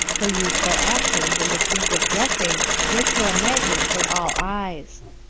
her youthful actions and distinctive dressing make her a magnet for all eyes.